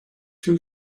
two